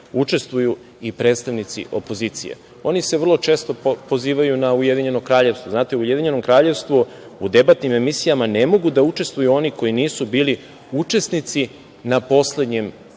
učestvuju i predstavnici opozicije. Oni se vrlo često pozivaju na Ujedinjeno Kraljevstvo. Znate, u Ujedinjenom Kraljevstvu u debatnim emisijama ne mogu da učestvuju oni koji nisu bili učesnici na poslednjim